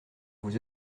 vous